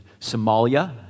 Somalia